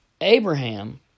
Abraham